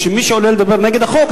מי שעולה לדבר נגד החוק,